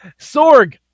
Sorg